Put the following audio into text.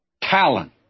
Talent